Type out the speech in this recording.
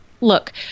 Look